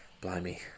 Blimey